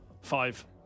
five